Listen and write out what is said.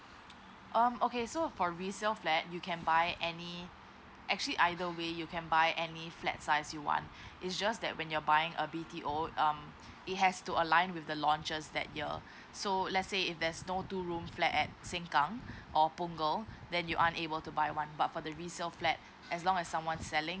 um okay so for resale flat you can buy any actually either way you can buy any flats ah as you want is just that when you're buying a B_T_O um it has to align with the launches that year so let's say if there's no two room flat at sin kang or punggol then you're unable to buy one but for the resale flat as long as someone selling